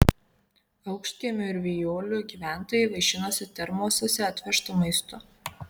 aukštkiemių ir vijolių gyventojai vaišinosi termosuose atvežtu maistu